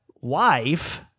wife